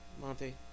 Monte